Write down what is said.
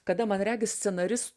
kada man regis scenaris